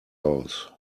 aus